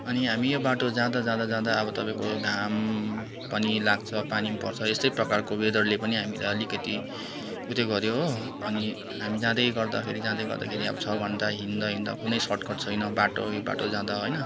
अनि हामी यो बाटो जाँदा जाँदा जाँदा अब तपाईँको घाम पनि लाग्छ पानी पनि पर्छ यस्तै प्रकारको वेदरले पनि हामीलाई अलिकति उत्यो गऱ्यो हो अनि हामी जाँदैगर्दाखेरि जाँदैगर्दाखेरि अब छः घन्टा हिँड्दा हिँड्दा कुनै सर्टकट छैन बाटै बाटो जाँदा होइन